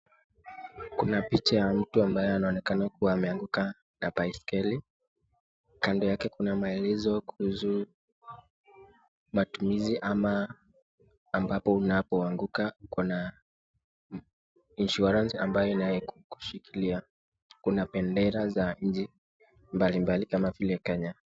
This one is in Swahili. Kuna picha ya mtu ambaye anaonekana kuwa ameanguka na baisikeli. Kando yake kuna maelezo kuhusu matumizi ama ambapo unapoanguka kuna insurance ambayo inayekushikilia. Kuna bendera za nchi mbalimbali kama vile Kenya.